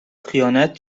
خیانت